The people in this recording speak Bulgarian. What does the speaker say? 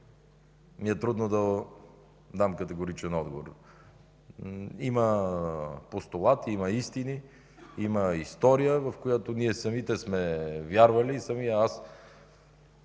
ми е трудно да дам категоричен отговор. Има постулати, има истини, има история, в която ние самите сме вярвали. На мен